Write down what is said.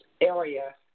area